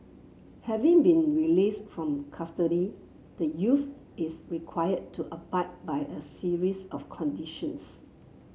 having been released from custody the youth is required to abide by a series of conditions